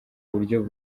buryo